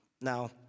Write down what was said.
Now